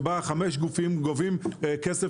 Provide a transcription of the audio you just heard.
ובהן חמישה גופים גובים כסף.